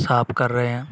shop ਕਰ ਰਹੇ ਹਾਂ